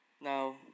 Now